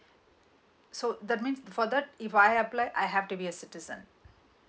so that means for that if I apply I have to be a citizen